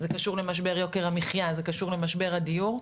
זה קשור למשבר יוקר המחייה, זה קשור למשבר הדיור,